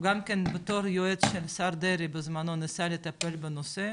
הוא גם כן בתור יועץ של השר דרעי בזמנו הוא ניסה לטפל בנושא,